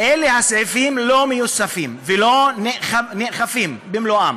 הסעיפים האלה לא מיושמים ולא נאכפים במלואם